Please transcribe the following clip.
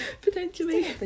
potentially